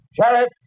Sheriff